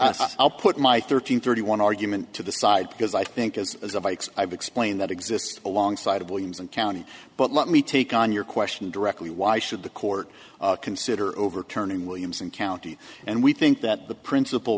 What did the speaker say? i put my thirteen thirty one argument to the side because i think it's a bikes i've explained that exists alongside of williamson county but let me take on your question directly why should the court consider overturning williamson county and we think that the princip